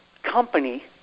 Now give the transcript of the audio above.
Company